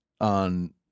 on